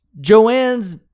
Joanne's